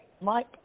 Mike